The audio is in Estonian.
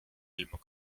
ilma